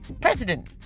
president